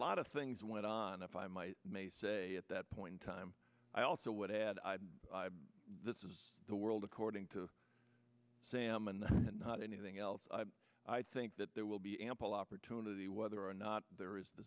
lot of things went on if i might say at that point in time i also would add this is the world according to sam and not anything else i think that there will be ample opportunity whether or not there is